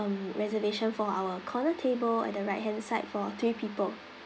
um reservation for our corner table at the right hand side for three people